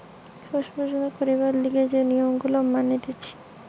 শস্য উৎপাদন করবার লিগে যে নিয়ম গুলা মানতিছে